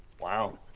wow